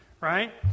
right